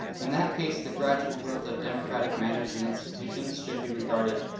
in that case, the gradual growth of democratic manners and institutions should be regarded,